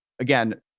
again